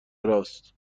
راست